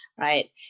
Right